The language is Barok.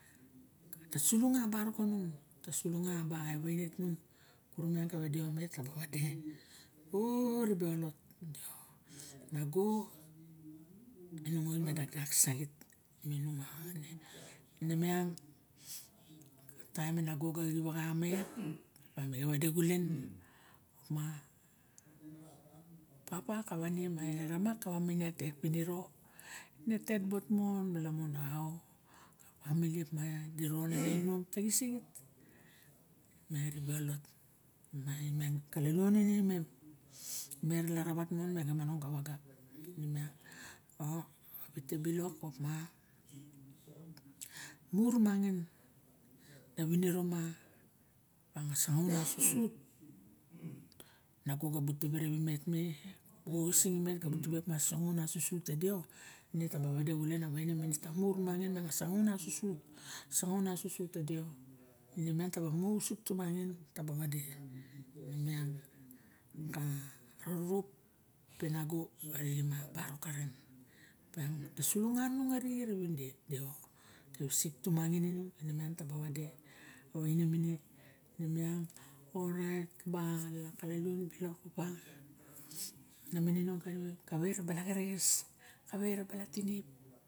Ta sulunga a barok kanung, ta sulunga ba e vane tung, kure miang ke ve deo, ne taba vade o. E ribe a lot, nago inung ma dakdak saxit ine miang taim e nago ga xip oxa imet, me vade xulen. Ma papa kava e ne eramak, kavae ne ma tet piniro, ine a tet bot mon. Malamun au, femili op ma adi ron nainom taxis sixit, me ribe olot. Me imem kalaluonin imem, met a laravat mon mega monong kavaga, ine miang o avite bilok op ma, muru mangin ana viniro ma a sangaun a susut, nago na ga bu tibe ravimet me, xa oxising imet ga bu tibe a sangaun a susut ta deo ne taba vade xulen avaine mins tamu ru mangin a sangaun susut, a sangaun susut ta deo. Ine miang taba mu usuk tu mangin ta ba vade. Miang ka rurup e nago arixen ma barok karen. Piang ta sulunga nung arixe reve den deo. ta visik tumangin inung, ine miang ta ba vade. A vaine mine, ne miang orait ba kalalounin bilok ba na mirinong kanimem. Kava e ra bala gereges, kava e ra bala tinip.